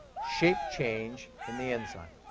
shape change in the enzyme.